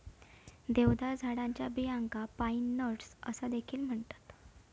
देवदार झाडाच्या बियांका पाईन नट्स असा देखील म्हणतत